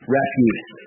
Refuse